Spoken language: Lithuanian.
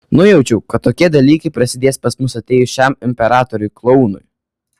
nujaučiau kad tokie dalykai prasidės pas mus atėjus šiam imperatoriui klounui